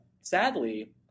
Sadly